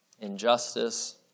injustice